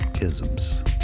isms